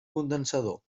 condensador